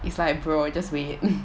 it's like bro just wait